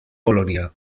colonia